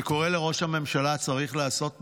אני קורא לראש הממשלה: צריך לעשות מעשה.